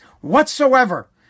whatsoever